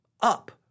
up